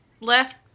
left